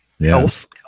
health